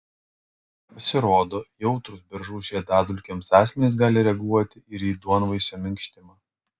pasirodo jautrūs beržų žiedadulkėms asmenys gali reaguoti ir į duonvaisio minkštimą